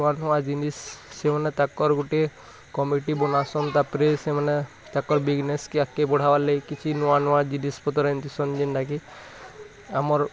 ନୂଆ ନୂଆ ଜିନିଷ ସେମାନେ ତାଙ୍କର ଗୋଟିଏ କମିଟି ବୁଲା ସନ୍ ତା'ପରେ ସେମାନେ ତାଙ୍କର ବିଜିନେସ୍କେ ଆଗକେ ବଢ଼ାବାର୍ ଲାଗି କିଛି ନୂଆ ନୂଆ ଜିନିଷ୍ ପତ୍ର ଏମିତି ସଙ୍ଗେ ଲାଗି ଆମର